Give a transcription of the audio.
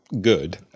good